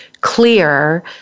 clear